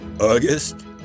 August